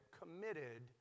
Committed